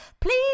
please